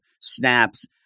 snaps